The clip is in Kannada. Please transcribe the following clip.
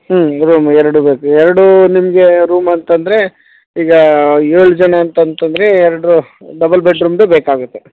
ಹ್ಞೂ ರೂಮ್ ಎರಡು ಬೇಕು ಎರಡು ನಿಮಗೆ ರೂಮ್ ಅಂತಂದರೆ ಈಗ ಏಳು ಜನ ಅಂತಂದರೆ ಎರಡು ಡಬಲ್ ಬೆಡ್ರೂಮ್ದೇ ಬೇಕಾಗುತ್ತೆ